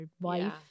wife